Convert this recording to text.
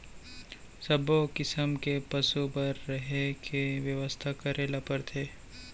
सब्बो किसम के पसु बर रहें के बेवस्था करे ल परथे